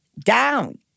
down